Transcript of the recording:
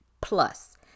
plus